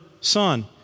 son